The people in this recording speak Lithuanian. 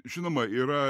žinoma yra